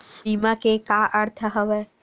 बीमा के का अर्थ हवय?